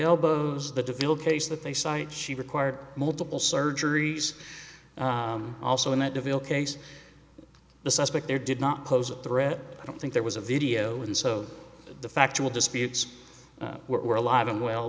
elbows the debil case that they cite she required multiple surgeries also in that case the suspect there did not pose a threat i don't think there was a video and so the factual disputes were alive and well